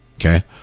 okay